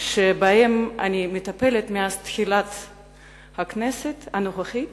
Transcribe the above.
שבהם אני מטפלת מאז תחילת הכנסת הנוכחית